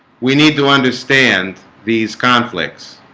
we need to understand these conflicts